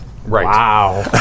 Wow